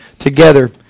together